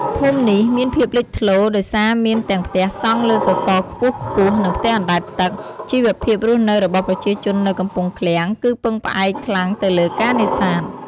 ភូមិនេះមានភាពលេចធ្លោដោយសារមានទាំងផ្ទះសង់លើសសរខ្ពស់ៗ និងផ្ទះអណ្ដែតទឹក។ ជីវភាពរស់នៅរបស់ប្រជាជននៅកំពង់ឃ្លាំងគឺពឹងផ្អែកខ្លាំងទៅលើការនេសាទ។